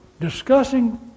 discussing